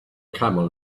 camel